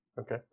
Okay